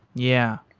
yeah.